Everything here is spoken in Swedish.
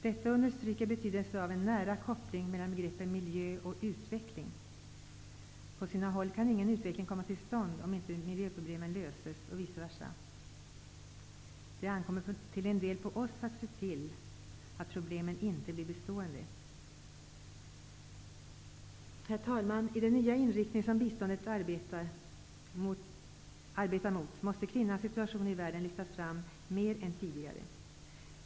Detta understryker betydelsen av en nära koppling mellan begreppen miljö och utveckling. På sina håll kan ingen utveckling komma till stånd om inte miljöproblemen löses -- och vice versa. Det ankommer till en del på oss att se till att problemen inte blir bestående. Herr talman! I den nya inriktningen av biståndet måste kvinnans situation i världen lyftas fram mer än tidigare.